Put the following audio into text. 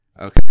Okay